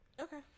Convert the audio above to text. Okay